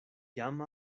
jam